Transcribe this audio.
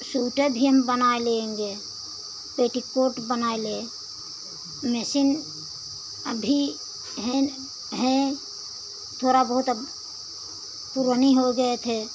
sweater भी हम बनाए लेंगे पेटीकोट बनाए लें मिसिंग अभी हैं हैं थोड़ा बहुत अब पुरानी हो गए थे